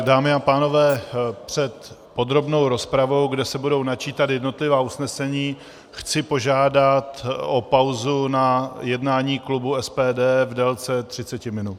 Dámy a pánové, před podrobnou rozpravou, kde se budou načítat jednotlivá usnesení, chci požádat o pauzu na jednání klubu SPD v délce 30 minut.